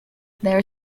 there